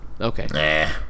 Okay